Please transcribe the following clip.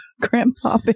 Grandpa